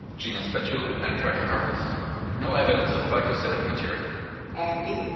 genus betula and trachycarpus no evidence of glycosidic material andi,